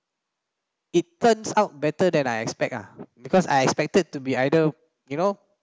it turns out better than I expect ah because I expected to be either you know